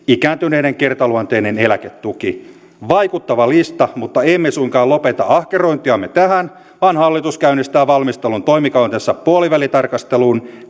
ikääntyneiden kertaluonteinen eläketuki vaikuttava lista mutta emme suinkaan lopeta ahkerointiamme tähän vaan hallitus käynnistää valmistelun toimikautensa puolivälitarkasteluun